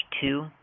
two